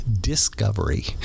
discovery